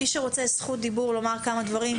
מי שרוצה את זכות הדיבור ולומר כמה דברים,